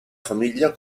famiglia